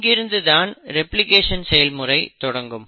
இங்கு இருந்து தான் ரெப்ளிகேஷன் செயல்முறை தொடங்கும்